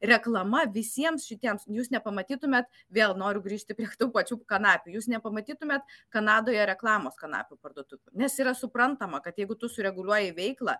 reklama visiems šitiems jūs nepamatytumėt vėl noriu grįžti prie tų pačių kanapių jūs nepamatytumėt kanadoje reklamos kanapių parduotuvių nes yra suprantama kad jeigu tu sureguliuoji veiklą